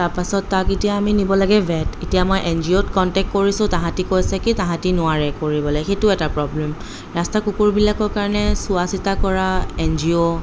তাৰপাছত তাক এতিয়া আমি নিব লাগে ভেট এতিয়া মই এন জি অ'ত কণ্টেক কৰিছোঁ তাহাঁতি কৈছে কি তাহাঁতি নোৱাৰে কৰিবলৈ সেইটো এটা প্ৰব্লেম ৰাস্তাৰ কুকুৰবিলাকৰ কাৰণে চোৱাচিতা কৰা এন জি অ'